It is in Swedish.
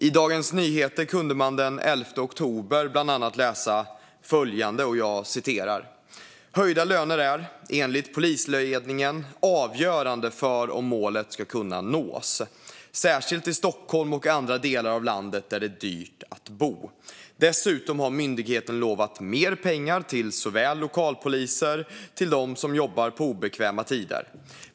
I Dagens Nyheter kunde man den 11 oktober bland annat läsa följande: "Höjda löner är, enligt polisledningen, avgörande för om målet ska kunna nås. Särskilt i Stockholm och andra delar av landet där det är dyrt att bo. Dessutom har myndigheten lovat mer pengar till såväl lokalpoliser till dem som jobbar på obekväma tider.